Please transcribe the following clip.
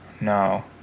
no